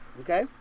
Okay